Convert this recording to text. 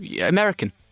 American